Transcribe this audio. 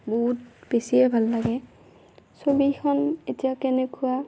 বহুত বেছিয়ে ভাল লাগে ছবিখন এতিয়া কেনেকুৱা